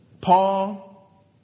Paul